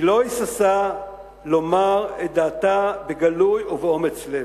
היא לא היססה לומר את דעתה בגלוי ובאומץ לב.